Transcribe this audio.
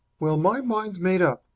well, my mind's made up.